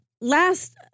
last